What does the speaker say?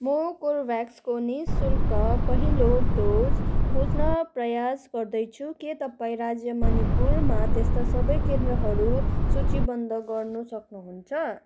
म कर्बेभ्याक्सको नि शुल्क पहिलो डोज खोज्न प्रयास गर्दैछु के तपाईँ राज्य मणिपुरमा त्यस्ता सबै केन्द्रहरू सूचीबद्ध गर्नु सक्नुहुन्छ